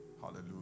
Hallelujah